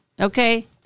Okay